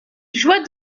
joie